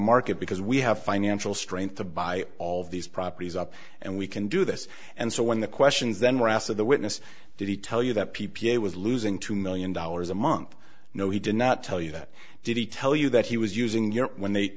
market because we have financial strength to buy all these properties up and we can do this and so when the questions then were asked of the witness did he tell you that p p a was losing two million dollars a month no he did not tell you that did he tell you that he was using your when they